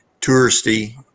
touristy